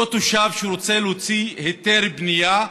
אותו תושב שרוצה להוציא היתר בנייה,